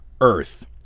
Earth